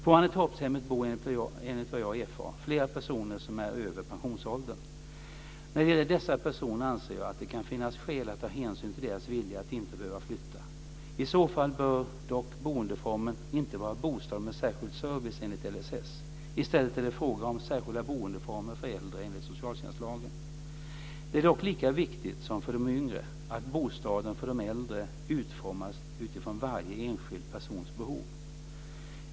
På Annetorpshemmet bor enligt vad jag erfar flera personer som är över pensionsåldern. När det gäller dessa personer anser jag att det kan finnas skäl att ta hänsyn till deras vilja att inte behöva flytta. I så fall bör dock boendeformen inte vara bostad med särskild service enligt LSS. I stället är det fråga om särskilda boendeformer för äldre enligt socialtjänstlagen. Det är dock lika viktigt som för de yngre att bostaden för de äldre utformas utifrån varje enskild persons behov.